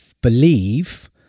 believe